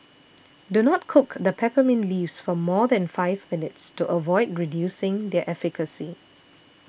do not cook the peppermint leaves for more than five minutes to avoid reducing their efficacy